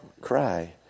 cry